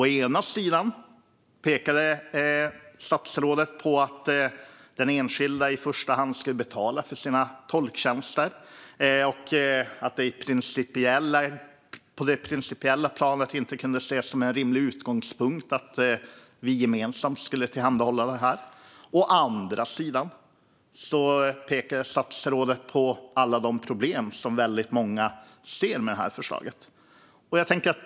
Å ena sidan pekade statsrådet på att den enskilde i första hand skulle betala för sina tolktjänster och att det på det principiella planet inte kunde ses som en rimlig utgångspunkt att vi gemensamt skulle tillhandahålla detta, å andra sidan pekade statsrådet på alla de problem som väldigt många ser med förslaget.